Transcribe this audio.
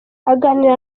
aganira